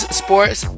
sports